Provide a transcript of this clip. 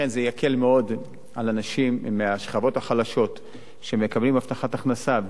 זה יקל מאוד על אנשים מהשכבות החלשות שמקבלים הבטחת הכנסה,